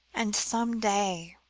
and, some day